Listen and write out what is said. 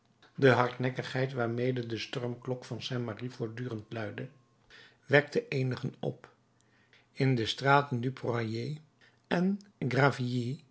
de hardnekkigheid waarmede de stormklok van st merry voortdurend luidde wekte eenigen op in de straten du poirier en